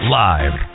live